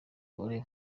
volley